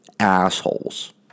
assholes